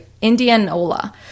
indianola